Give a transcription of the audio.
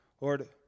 Lord